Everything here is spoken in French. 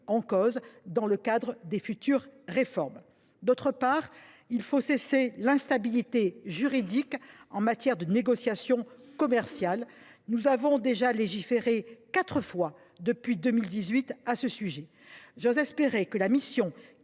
en cause dans le cadre de futures réformes. Par ailleurs, il faut mettre fin à l’instabilité juridique en matière de négociations commerciales. Nous avons déjà légiféré quatre fois depuis 2018 sur ce sujet. J’ose espérer que la mission